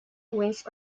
wings